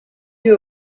you